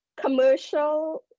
commercial